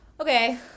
Okay